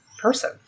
person